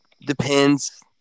Depends